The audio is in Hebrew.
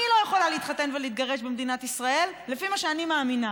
אני לא יכולה להתחתן ולהתגרש במדינת ישראל לפי מה שאני מאמינה,